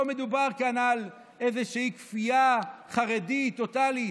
לא מדובר כאן על איזושהי כפייה חרדית טוטלית.